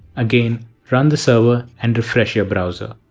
again run the server and refresh your browser.